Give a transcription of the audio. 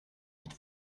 mit